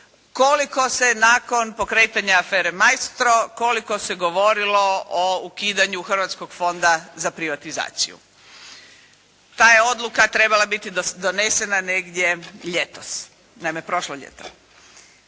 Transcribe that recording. koliko se nakon pokretanja afere "Maestro", koliko se govorilo o ukidanju Hrvatskog fonda za privatizaciju. Ta je odluka trebala biti donesena negdje ljetos, naime prošlo ljeto.